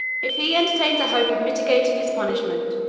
if he entertains a hope of mitigating his punishment,